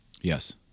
Yes